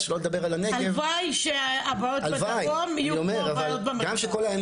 אז שלא נדבר על הנגב --- הלוואי שהבעיות בדרום יהיו כמו הבעיות במרכז.